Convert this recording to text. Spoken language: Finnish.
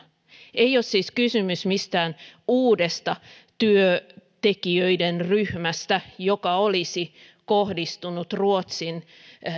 ei ole siis kysymys mistään uudesta työntekijöiden ryhmästä joka olisi kohdistunut ruotsin